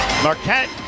Marquette